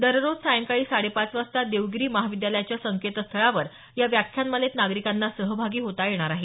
दररोज सायंकाळी साडे पाच वाजता देवगिरी महाविद्यालयाच्या संकेतस्थळावर या व्याख्यानमालेत नागरिकांना सहभागी होता येणार आहे